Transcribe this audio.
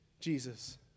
Jesus